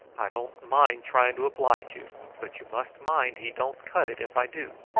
i don't mind trying to oblige you, but you must mind he don't cut it if i do.